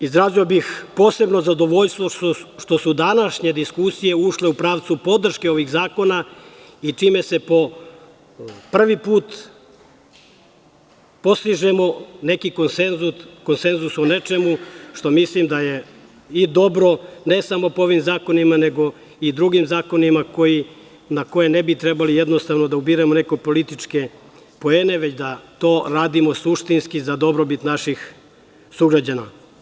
Izrazio bih posebno zadovoljstvo što su današnje diskusije ušle u pravcu podrške ovih zakona i čime po prvi put postižemo konsenzus o nečemu što mislim da je i dobro, ne samo po ovim zakonima nego i drugim zakonima na koje ne bi trebalo da ubiramo neke političke poene, već da to radimo suštinski za dobrobit naših sugrađana.